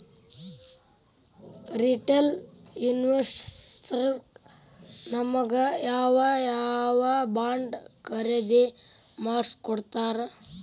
Retail investors ನಮಗ್ ಯಾವ್ ಯಾವಬಾಂಡ್ ಖರೇದಿ ಮಾಡ್ಸಿಕೊಡ್ತಾರ?